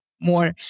more